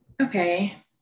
Okay